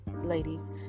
ladies